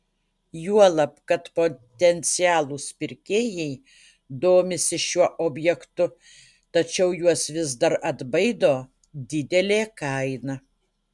juolab kad potencialūs pirkėjai domisi šiuo objektu tačiau juos vis dar atbaido didelė kaina